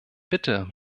bitte